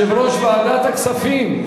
יושב-ראש ועדת הכספים,